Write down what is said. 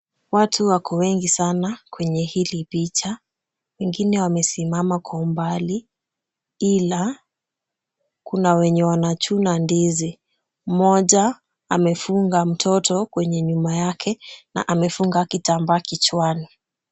Watu wako wengi sana kwenye hili picha, wengine wamesimama kwa umbali ila kuna wenye wanachuna ndizi, mmoja amefunga mtoto kwenye nyuma yake na amefunga kitambaa kichwani.